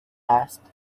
asked